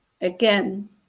again